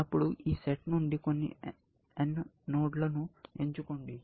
అప్పుడు ఈ సెట్ నుండి కొన్ని n నోడ్ల ను ఎంచుకోండి